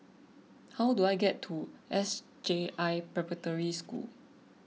how do I get to S J I Preparatory School